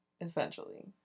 essentially